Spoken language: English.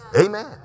Amen